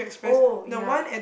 oh ya